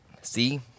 see